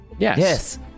Yes